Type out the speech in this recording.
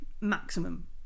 maximum